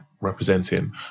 representing